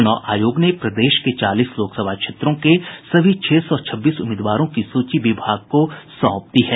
चूनाव आयोग ने प्रदेश के चालीस लोकसभा क्षेत्रों के सभी छह सौ छब्बीस उम्मीदवारों की सूची विभाग को सौंप दी है